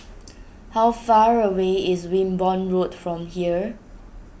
how far away is Wimborne Road from here